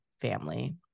family